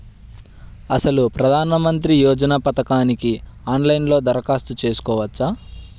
అసలు ప్రధాన మంత్రి యోజన పథకానికి ఆన్లైన్లో దరఖాస్తు చేసుకోవచ్చా?